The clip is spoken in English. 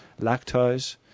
lactose